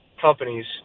companies